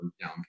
down